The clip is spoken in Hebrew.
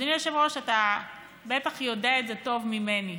אדוני היושב-ראש, אתה בטח יודע את זה טוב ממני,